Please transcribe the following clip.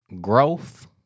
growth